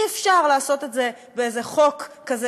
אי-אפשר לעשות את זה באיזה חוק כזה